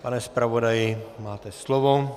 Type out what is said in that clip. Pane zpravodaji, máte slovo.